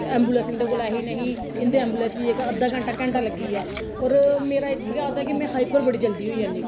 ambulance इं'दे कोल एह् ही नेईं ही इं'दे एंबुलेंस गी अद्धा घैंटा घैंटा लग्गी गेआ होर मेरा इक गै आदत ऐ कि में हाइपर बड़ी जल्दी होई जन्नीं